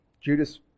Judas